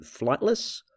flightless